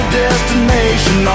destination